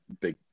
big